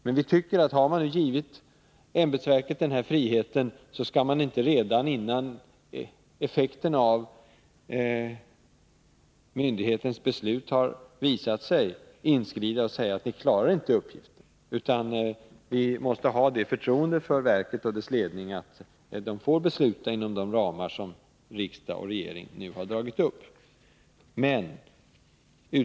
Vi tycker som sagt att har man givit ämbetsverket den här friheten, skall maninte redan innan effekterna av myndighetens beslut har visat sig inskrida och säga att ”ni klarar inte uppgiften”. Vi måste ha det förtroendet för verket och dess ledning att det får besluta inom de ramar som riksdag och regering nu har dragit upp.